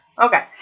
Okay